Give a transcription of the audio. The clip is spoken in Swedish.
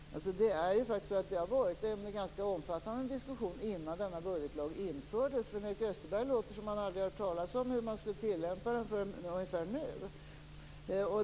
Det har ju faktiskt förts en ganska omfattande diskussion innan denna budgetlag infördes. På Sven-Erik Österberg låter det som att han aldrig hört talas om hur den skulle tillämpas förrän nu!